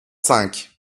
cinq